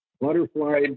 butterfly